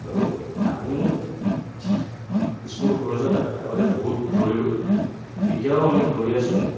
আৰু আমিও স্কুল কলেজত আগতে বহুত দৌৰিলোঁ এতিয়াও আমি দৌৰি আছোঁ